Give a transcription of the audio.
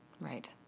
Right